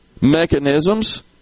mechanisms